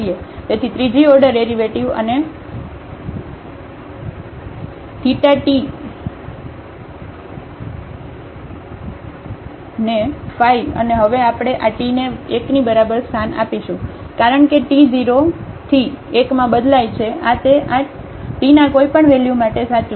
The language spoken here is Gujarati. તેથી ત્રીજી ઓર્ડર ડેરિવેટિવ અને θ t ને phi અને હવે આપણે આ ટીને 1 ની બરાબર સ્થાન આપીશું કારણ કે t 0 થી 1 માં બદલાય છે આ તે આ ટીના કોઈપણ વેલ્યુ માટે સાચું છે